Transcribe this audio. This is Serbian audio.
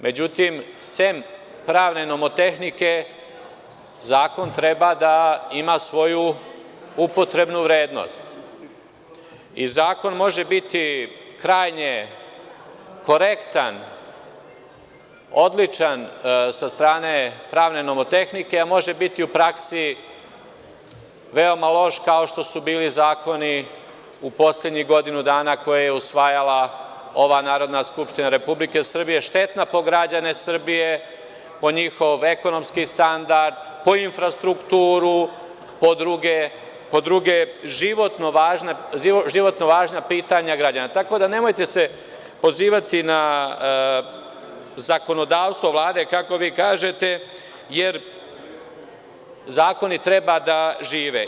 Međutim, sem pravne nomotehnike zakon treba da ima svoju upotrebnu vrednost i zakon može biti krajnje korektan, odličan sa strane pravne nomotehnike, a može biti u praksi veoma loš, kao što su bili zakoni u poslednjih godinu dana koje je usvajala ova Narodna skupština Republike Srbije, štetna po građane Srbije, po njihov ekonomski standard, po infrastrukturu, po druga životno važna pitanja građana, tako da se nemojte pozivati na zakonodavstvo Vlade, kako vi kažete, jer zakoni treba da žive.